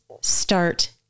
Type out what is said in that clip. start